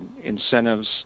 incentives